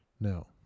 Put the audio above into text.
No